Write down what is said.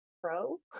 Pro